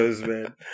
man